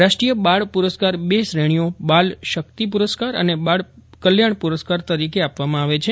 રાષ્ટ્રી બાળ પુરસ્કાર બે શ્રેણીઓ બાલ શક્તિ પુરસ્કાર અને બાળ કલ્યાણ પુરસ્કાર તરીકે આપવામાં આવે છે